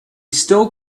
still